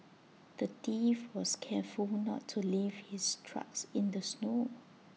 the thief was careful not to leave his tracks in the snow